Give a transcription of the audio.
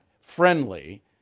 friendly